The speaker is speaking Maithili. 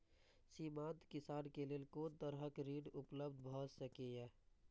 सीमांत किसान के लेल कोन तरहक ऋण उपलब्ध भ सकेया?